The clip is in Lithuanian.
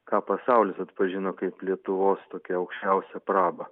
ką pasaulis atpažino kaip lietuvos tokią aukščiausią prabą